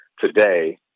today